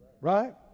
Right